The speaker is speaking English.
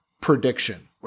prediction